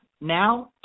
Now